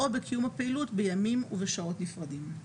או בקיום הפעילות בימים ובשעות נפרדים";